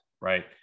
right